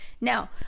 Now